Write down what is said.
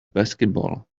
basketball